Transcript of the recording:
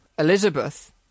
Elizabeth